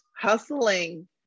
hustling